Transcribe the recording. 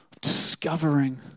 Discovering